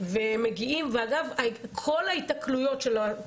על הטלפון ומגיעים.